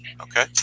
okay